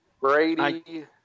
Brady